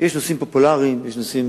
יש נושאים פופולריים, יש נושאים